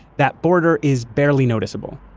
that border is barely noticeable.